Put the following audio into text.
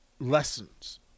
lessons